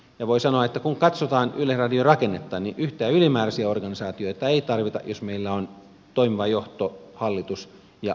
ja voi sanoa että kun katsotaan yleisradion rakennetta niin yhtään ylimääräisiä organisaatioita ei tarvita jos meillä on toimiva johto hallitus ja hallintoneuvosto